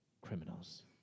criminals